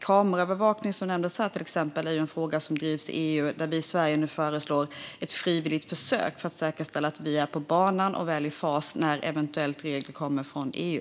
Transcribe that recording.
Kameraövervakning, som nämndes, är en fråga som drivs inom EU och där vi i Sverige nu föreslår ett frivilligt försök för att säkerställa att vi är på banan och väl i fas när regler eventuellt kommer från EU.